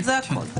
זה הכול.